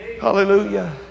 Hallelujah